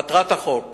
מטרת החוק